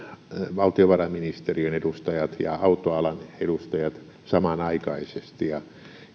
valtiovarainministeriön edustajat ja autoalan edustajat samanaikaisesti ja